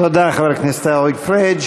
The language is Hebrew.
תודה, חבר הכנסת עיסאווי פריג'.